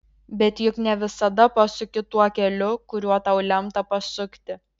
bet juk ne visada pasuki tuo keliu kuriuo tau lemta pasukti